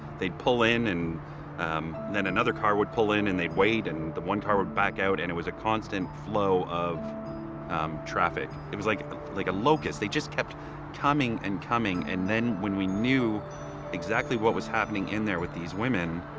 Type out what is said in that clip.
they'd pull in and um then another car would pull in, and they'd wait. and the one car would back out, and it was a constant flow of traffic. it was like like a locust. they just kept coming and coming. and then when we knew exactly what was happening in there with these women,